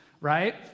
Right